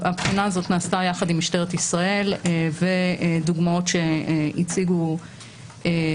הבחינה הזאת נעשתה יחד עם משטרת ישראל ודוגמאות שהציגו בפנינו.